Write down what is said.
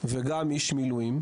וגם איש מילואים.